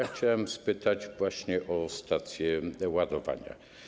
Chciałem spytać właśnie o stacje ładowania.